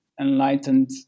enlightened